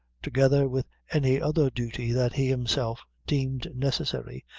together with any other duty that he himself deemed necessary,